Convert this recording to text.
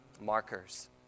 markers